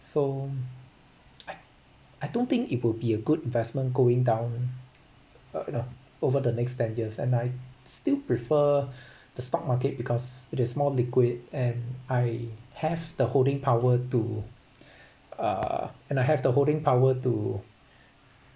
so I I don't think it will be a good investment going down uh you know over the next ten years and I still prefer the stock market because it is more liquid and I have the holding power to uh and I have the holding power to